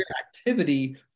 activity